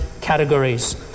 categories